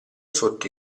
sotto